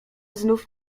znów